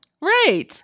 right